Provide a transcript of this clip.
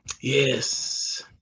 yes